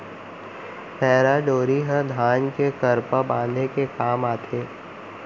पैरा डोरी ह धान के करपा बांधे के काम आथे